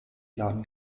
laden